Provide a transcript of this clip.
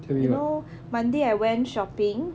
you know monday I went shopping